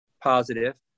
positive